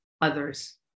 others